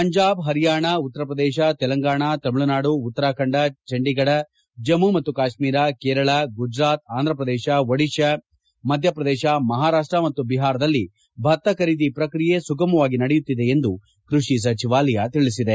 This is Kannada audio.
ಪಂಜಾಬ್ ಪರಿಯಾಣ ಉತ್ತರ ಪ್ರದೇಶ ತೆಲಂಗಾಣ ತಮಿಳುನಾಡು ಉತ್ತರಾಖಂಡ ಚಂಡಿಗಢ ಜಮ್ಮ ಮತ್ತು ಕಾಶ್ಮೀರ ಕೇರಳ ಗುಜರಾತ್ ಆಂಧ್ರಪ್ರದೇಶ ಒಡಿಶಾ ಮಧ್ಯಪ್ರದೇಶ ಮಹಾರಾಷ್ಟ ಮತ್ತು ಬಿಹಾರದಲ್ಲಿ ಭತ್ತ ಖರೀದಿ ಪ್ರಕ್ರಿಯೆ ಸುಗಮವಾಗಿ ನಡೆಯುತ್ತಿದೆ ಎಂದು ಕೃಷಿ ಸಚಿವಾಲಯ ತಿಳಿಸಿದೆ